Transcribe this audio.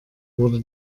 wurde